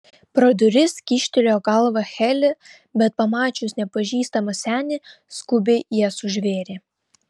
pro duris kyštelėjo galvą heli bet pamačius nepažįstamą senį skubiai jas užvėrė